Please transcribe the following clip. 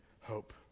hope